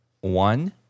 one